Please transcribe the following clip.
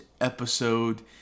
episode